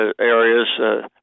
areas –